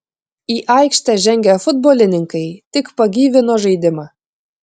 į aikštę žengę futbolininkai tik pagyvino žaidimą